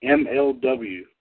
mlw